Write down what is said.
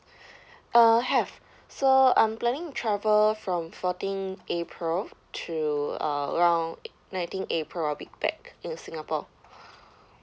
uh have so I'm planning to travel from fourteenth april to uh around nineteenth april I'll be back in singapore